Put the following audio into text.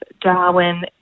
Darwin